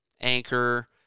Anchor